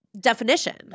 definition